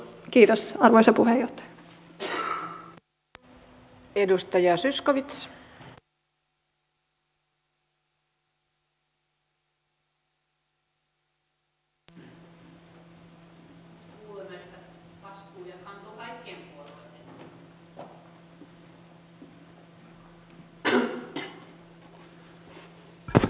kiitos arvoisa puheenjohtaja